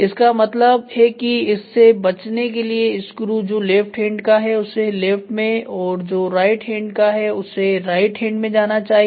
इसका मतलब है कि इससे बचने के लिए स्क्रू जो लेफ्ट हैंड का है उसे लेफ्ट हैंड में और जो राइट हैंड का है उसे राइट हैंड में जाना चाहिए